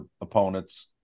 opponents